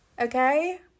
Okay